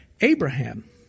Abraham